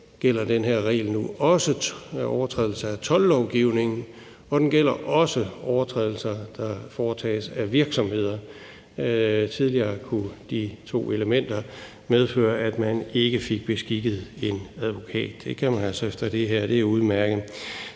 gælder den her regel nu også overtrædelser af toldlovgivningen, og den gælder også overtrædelser, der foretages af virksomheder. Tidligere kunne de to elementer medfører, at man ikke fik beskikket en advokat. Det kan man altså efter det her. Det er udmærket.